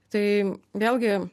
tai vėlgi